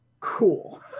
Cool